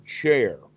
chair